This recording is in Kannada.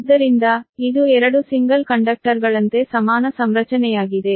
ಆದ್ದರಿಂದ ಇದು ಎರಡು ಸಿಂಗಲ್ ಕಂಡಕ್ಟರ್ಗಳಂತೆ ಸಮಾನ ಸಂರಚನೆಯಾಗಿದೆ